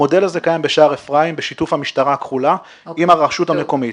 המודל הזה קיים בשער אפרים בשיתוף המשטרה הכחולה עם הרשות המקומית.